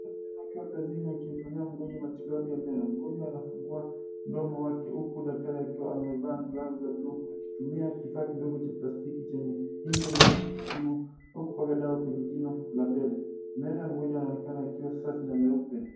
Daktari wa meno akiwa kazini akimfanyia mgonjwa matibabu ya meno, mgonjwa anafungua mdomo wake huku daktari akiwa amevaa glavu za buluu akitumia kifaa kidogo cha plastiki chenye ncha nyeupe kutibu huku akipaka dawa kwenye jino la mbele. Meno ya mgonjwa yanaonekana yakiwa safi na meupe.